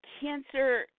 cancer